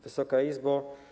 Wysoka Izbo!